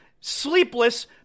sleepless